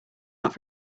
not